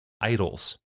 idols